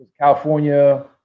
California